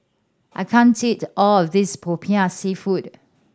I can't eat all of this Popiah Seafood